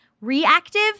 reactive